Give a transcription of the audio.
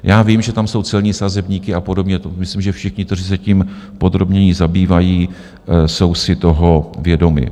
Já vím, že tam jsou celní sazebníky a podobně, to myslím že všichni, kteří se tím podrobněji zabývají, jsou si toho vědomi.